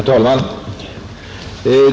Herr talman!